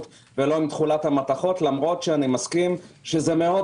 ולא עם תכולת המתכות למרות שאני מסכים שזה מאוד